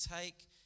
take